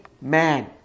man